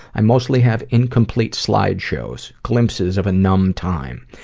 i mostly have incomplete slideshows, glimpses of a numb time.